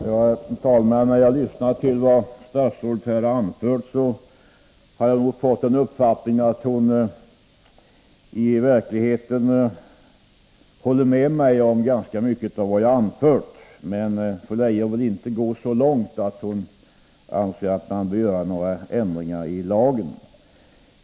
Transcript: Herr talman! När jag lyssnade till vad statsrådet anförde fick jag uppfattningen att fru Leijon i verkligheten håller med mig om ganska mycket av vad jag har sagt, men hon går inte så långt att hon anser att det bör göras ändringar i lagen.